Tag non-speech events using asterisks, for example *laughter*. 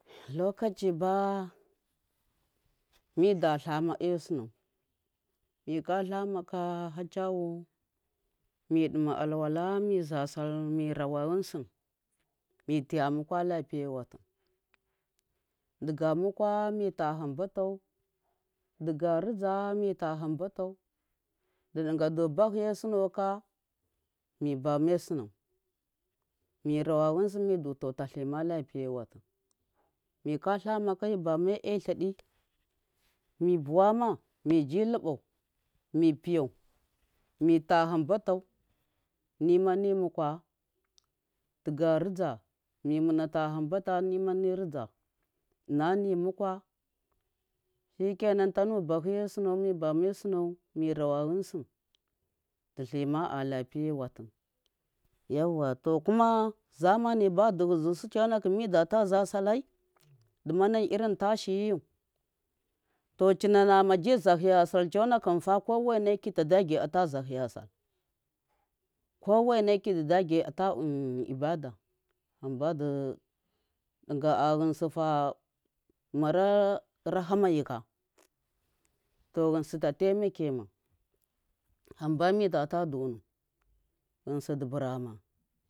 Lokaci *noise* ba mida layma eisunau mika laymaka miduma alwala miza salmirawa ghinsi mitiya mu kwa lapiye watu diga mukwa mi ta hambatau diga riza mita hambatau diɗi gadu bahiye sunoka mibame sanau mirawa ghinsi midu ta laima a lafiya watu maka lamaka mibame ladi mibuwama miji lubau mipiyau *noise* mita hamtauni mukwa diga riza mi muna ta ham batrani ma inani mukwa shikenan tanu bahiye suno mirawa ghinsi du leyma a lapiya wato yauwa. To kuma zamani badi jigisu tso nkhum midata za sallai duma han irin ta shiriyu to china na maji zahiyasal koweneki ta dage ata *hesitation* ibada hamba du ɗu ga a ghinsi fa mara rahama yika to ghinsi ta taimakema hamba midata do nau ghinsi du burama.